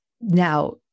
Now